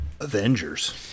Avengers